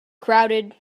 crowded